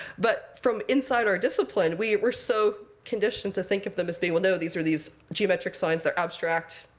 but from inside our discipline, we were so conditioned to think of them as being well no, these are these geometric signs. they're abstract.